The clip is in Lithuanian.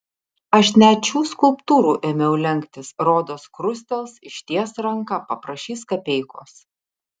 aš net šių skulptūrų ėmiau lenktis rodos krustels išties ranką paprašys kapeikos